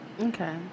Okay